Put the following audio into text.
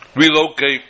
relocate